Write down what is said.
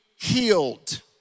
healed